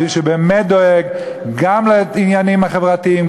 במי שבאמת דואג גם לעניינים החברתיים,